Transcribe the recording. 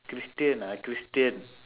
christian ah christian